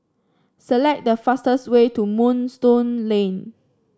select the fastest way to Moonstone Lane